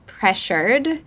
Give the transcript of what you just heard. pressured